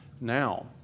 now